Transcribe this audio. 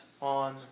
on